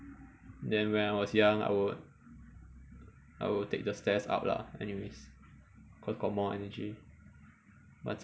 then when I was young I would I would take the stairs up lah anyways cause got more energy but